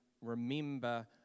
remember